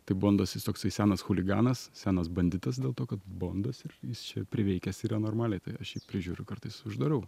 tai bondas jis toksai senas chuliganas senas banditas dėl to kad bondas ir jis čia priveikęs yra normaliai tai aš jį prižiūriu kartais uždarau